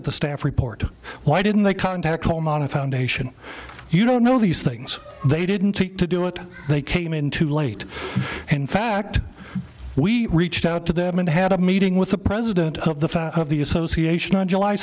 at the staff report why didn't they contact home on a foundation you don't know these things they didn't take to do it they came in too late in fact we reached out to them and had a meeting with the president of the fat of the association on july